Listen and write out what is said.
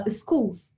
schools